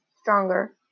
stronger